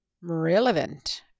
relevant